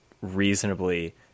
reasonably